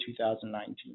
2019